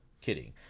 kidding